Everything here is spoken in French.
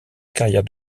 carrière